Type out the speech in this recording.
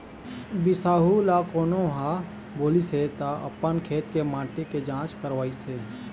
बिसाहू ल कोनो ह बोलिस हे त अपन खेत के माटी के जाँच करवइस हे